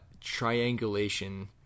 triangulation